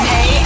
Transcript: Hey